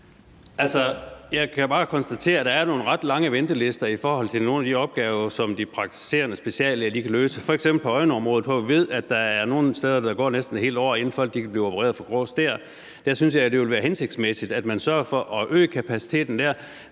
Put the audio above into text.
jeg kan bare konstatere, at der er nogle ret lange ventelister i forhold til nogle af de opgaver, som de praktiserende speciallæger kan løse, f.eks. på øjenområdet, hvor vi ved, at der nogle steder går næsten et helt år, før folk kan blive opereret for grå stær. Der synes jeg, det ville være hensigtsmæssigt, at man sørger for at øge kapaciteten.